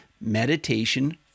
Meditation